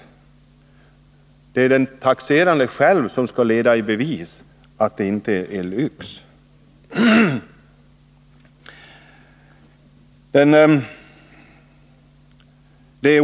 Det är alltså den taxerade själv som skall leda i bevis att hans trämateriel inte är av normalstandard, dvs. lyx.